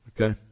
Okay